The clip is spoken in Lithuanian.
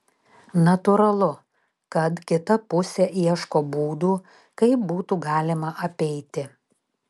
natūralu kad kita pusė ieško būdų kaip būtų galima apeiti